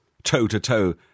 toe-to-toe